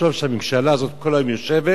תחשוב שהממשלה הזאת כל היום יושבת